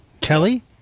Kelly